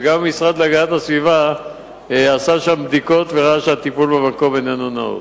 וגם המשרד להגנת הסביבה עשה שם בדיקות וראה שהטיפול במקום אינו נאות.